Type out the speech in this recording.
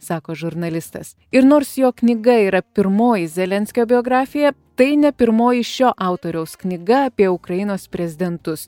sako žurnalistas ir nors jo knyga yra pirmoji zelenskio biografija tai ne pirmoji šio autoriaus knyga apie ukrainos prezidentus